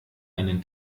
einen